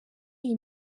iyi